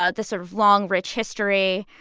ah the sort of long, rich history.